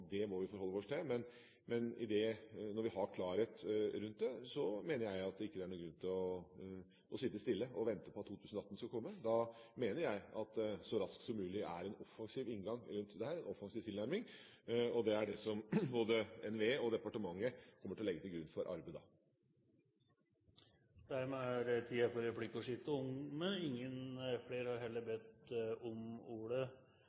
det må vi forholde oss til. Men når vi har klarhet rundt det, mener jeg at det ikke er noen grunn til å sitte stille og vente på at 2018 skal komme. Da mener jeg at «så raskt som mulig» er en offensiv inngang til dette, en offensiv tilnærming, og det er det både NVE og departementet kommer til å legge til grunn for arbeidet. Replikkordskiftet er omme. Flere har ikke bedt om ordet